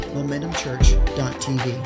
momentumchurch.tv